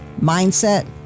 mindset